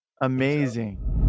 amazing